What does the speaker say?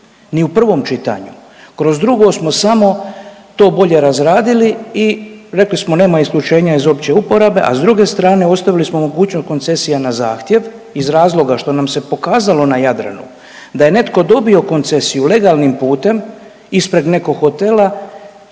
ni u prvom čitanju, kroz drugo smo samo to bolje razradili i rekli smo nema isključenja iz opće uporabe, a s druge strane ostavili smo mogućnost koncesija na zahtjev iz razloga što nam se pokazalo na Jadranu da je netko dobio koncesiju legalnim putem ispred nekog hotela